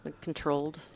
Controlled